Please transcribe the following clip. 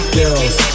Girls